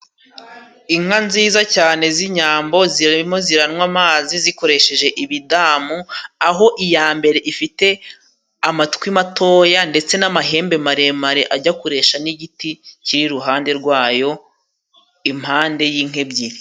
Inka nziza cyane z'inyambo zirimo ziranwa amazi zikoresheje ibidamu, aho iya mbere ifite amatwi matoya ndetse n'amahembe maremare ajya kuresha n'igiti kiri iruhande rwayo impande y'inka ebyiri.